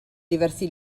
diversi